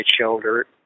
shoulder